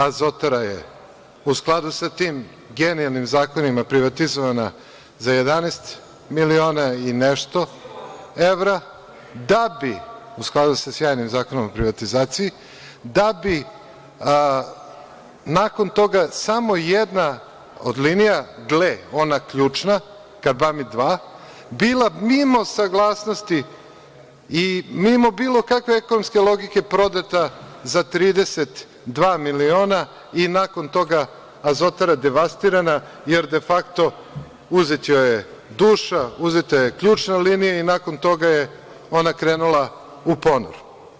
Azotara“ je, u skladu sa tim genijalnim zakonima, privatizovana za 11 miliona i nešto evra, da bi… (Čedomir Jovanović: Čija Vlada?) U skladu sa sjajnim Zakonom o privatizaciji… da bi nakon toga samo jedna od linija, gle, ona ključna – Karbamid 2, bila mimo saglasnosti i mimo bilo kakve ekonomske logike prodata za 32 miliona i nakon toga „Azotara“ devastirana, jer, defakto, uzeta joj je duša, uzeta je ključna linija i nakon toga je ona krenula u ponor.